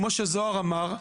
כמו שזוהר אמר,